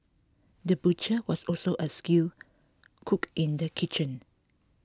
the butcher was also a skilled cook in the kitchen